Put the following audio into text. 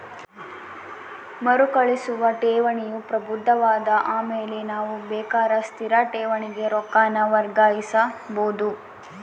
ಮರುಕಳಿಸುವ ಠೇವಣಿಯು ಪ್ರಬುದ್ಧವಾದ ಆಮೇಲೆ ನಾವು ಬೇಕಾರ ಸ್ಥಿರ ಠೇವಣಿಗೆ ರೊಕ್ಕಾನ ವರ್ಗಾಯಿಸಬೋದು